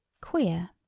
queer